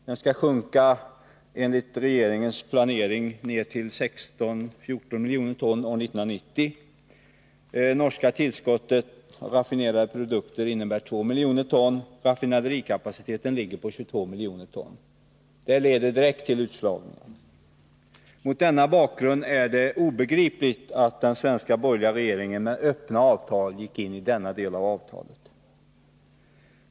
Den skall sjunka enligt regeringens planering ner till 16-14 miljoner ton år 1990. Import från Norge innebär ett tillskott på 2 miljoner ton raffinerade produkter. Raffinaderikapaciteten ligger nu på 22 miljoner ton. Detta leder direkt till utslagning. Mot denna bakgrund är det obegripligt att den svenska borgerliga regeringen med öppna ögon gick in i denna del av avtalet.